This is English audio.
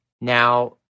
Now